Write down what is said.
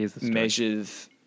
measures